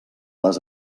les